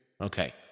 Okay